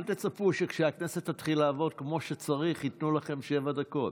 אל תצפו שכשהכנסת תתחיל לעבוד כמו שצריך ייתנו לכם שבע דקות.